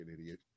idiot